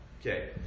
Okay